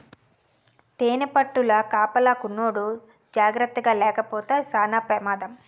తేనిపట్టుల కాపలాకున్నోడు జాకర్తగాలేపోతే సేన పెమాదం